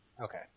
Okay